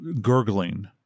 gurgling